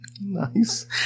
Nice